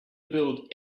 build